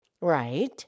Right